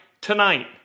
Tonight